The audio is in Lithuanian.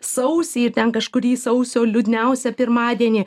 sausį ten kažkurį sausio liūdniausia pirmadienį